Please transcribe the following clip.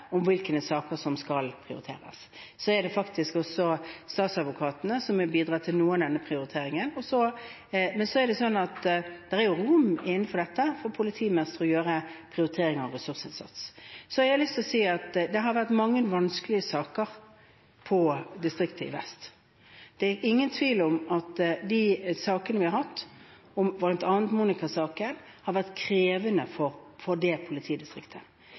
om hvilke saker som skal prioriteres. Statsadvokatene bidrar også til noe av denne prioriteringen. Men innenfor dette er det rom for at politimestere kan gjøre prioriteringer av ressursinnsats. Jeg vil si at det har vært mange vanskelige saker i distriktet i vest. Det er ingen tvil om at de sakene de har hatt, bl.a. Monika-saken, har vært krevende for dette politidistriktet. Det